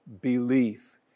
belief